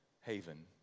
haven